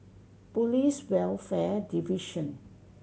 Police Welfare Division